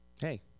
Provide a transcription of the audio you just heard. Hey